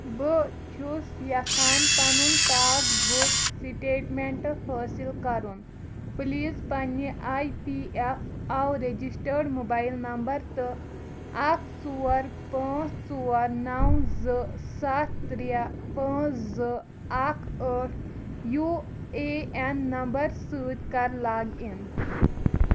بہٕ چھُس یژھان پَنُن پاس بُک سٹیٹمنٹ حٲصِل کرُن، پلیز پننہِ E P F O registered mobile number تہٕ اکھ ژور پانٛژھ ژور نو زٕ سَتھ ترٛےٚ پٲنٛژھ زٕ اکھ ٲٹھ یو اے این نمبر سۭتۍ کر لاگ اِن